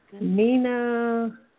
Nina